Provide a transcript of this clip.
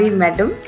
madam